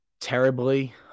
terribly